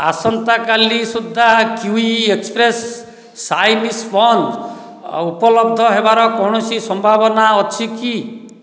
ଆସନ୍ତା କାଲି ସୁଦ୍ଧା କିୱି ଏକ୍ସପ୍ରେସ୍ ସାଇନ୍ ସ୍ପଞ୍ଜ୍ ଉପଲବ୍ଧ ହେବାର କୌଣସି ସମ୍ଭାବନା ଅଛି କି